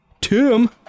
Tim